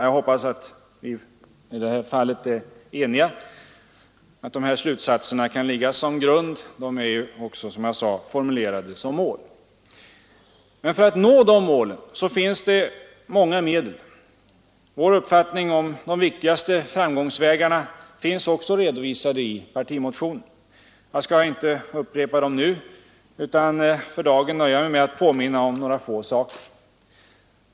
Jag hoppas att statsrådet och jag kan vara eniga om att de här slutsatserna kan läggas som grund. Som jag sade är de ju också formulerade som mål, och för att nå de målen finns det många medel. Vår uppfattning om de viktigaste framgångsvägarna finns också redovisade i partimotionen. Jag skall inte upprepa den nu utan för dagen nöja mig med att påminna om några få saker.